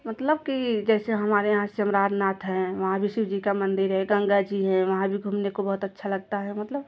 मतलब कि जैसे हमारे यहाँ सेमराध नाथ हैं वहाँ भी शिव जी का मंदिर है गंगा जी हैं वहाँ भी वहाँ भी घूमने को बहुत अच्छा लगता है मतलब